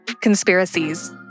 conspiracies